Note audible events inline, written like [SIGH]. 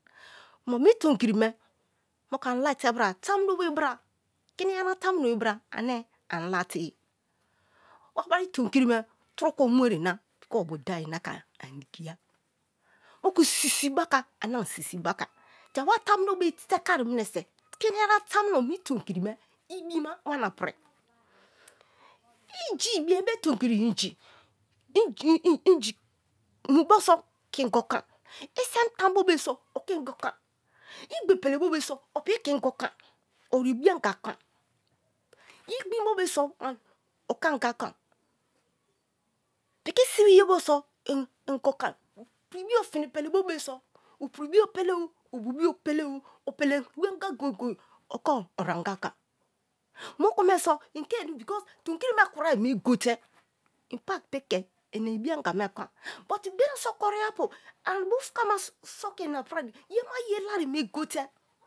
Kuma ini tom kri me moku ani la te bra tamuno be bra kii yama tamuno be bra ane ani la te̱ ye, wa bari tom kri me tun ko mme na piki obu dai na ke ani digiya, moku si̱si̱ buka ane ani sìsi̱ te wa tamuno be̱ tekeai muno se̱ kini yana tamuno mi tom kiri me ibima wana pri. Inji bien be tomkri iyi [UNINTELLIGIBLE] inji mu bo so̱ ke ingo ko̱n isam tan bo be̱ so o ke ingo konai ingbe pelebo be so̱ o piki ke ingo konai oti ibianga kon, ye gbin bo̱ be so̱ o ke̱ anga konai piki sibi yé bo so̠ [UNINTELLIGIBLE] ingo konai piri bio tini pele bo be̱ so̠ o pri bio pele o obubio pele o, opele buanga goye goye oko oranga kon moku me so̠ inke because tomkri me kuro me gote̱ ínpa piki ke ina ibi anga me ko̠n but gberie so̠ kori ya pu ani put ka ma so̠ ke ina priè yema ye lai me gote̱